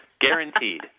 guaranteed